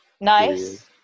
Nice